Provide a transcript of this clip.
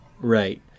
Right